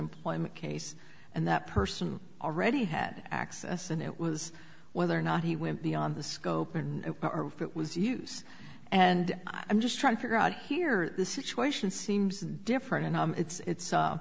employment case and that person already had access and it was whether or not he went beyond the scope and or if it was use and i'm just trying to figure out here the situation seems different and it's i